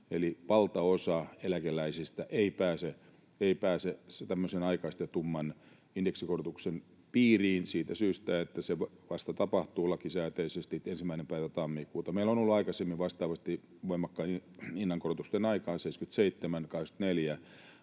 Eli valtaosa eläkeläisistä ei pääse tämmöisen aikaistetumman indeksikorotuksen piiriin siitä syystä, että se tapahtuu lakisääteisesti vasta 1. päivä tammikuuta. Meillä on ollut aikaisemmin vastaavasti voimakkaiden hinnankorotusten aikaan